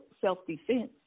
self-defense